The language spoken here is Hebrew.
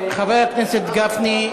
חבר הכנסת גפני,